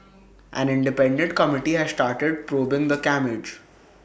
an independent committee has started probing the carnage